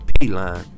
P-Line